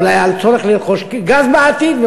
ואולי על צורך לרכוש גז בעתיד,